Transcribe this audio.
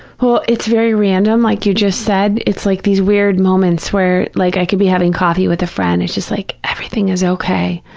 well, it's very random, like you just said. it's like these weird moments where like i could be having coffee with a friend, it's just like, everything is okay.